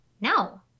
no